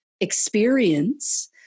experience